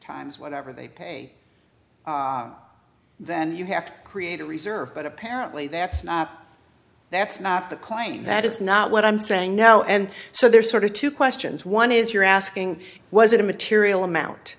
times whatever they pay then you have to create a reserve but apparently that's not that's not the claim that is not what i'm saying no and so there's sort of two questions one is you're asking was it a material